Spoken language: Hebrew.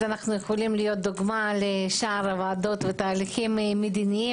אנחנו יכולים להיות דוגמה לשאר הוועדות ולתהליכים מדיניים,